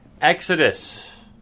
Exodus